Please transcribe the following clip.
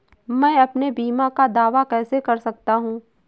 मैं अपने बीमा का दावा कैसे कर सकता हूँ?